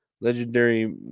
legendary